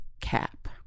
cap